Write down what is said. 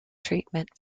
treatment